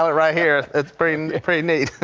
ah right here. that's pretty pretty neat.